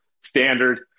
Standard